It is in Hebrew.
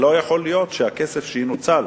לא יכול להיות שהכסף ינוצל,